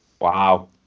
Wow